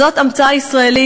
זאת המצאה ישראלית,